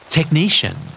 Technician